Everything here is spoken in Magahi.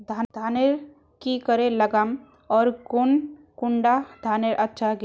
धानेर की करे लगाम ओर कौन कुंडा धानेर अच्छा गे?